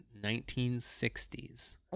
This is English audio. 1960s